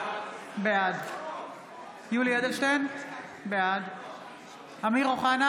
בעד יולי יואל אדלשטיין, בעד אמיר אוחנה,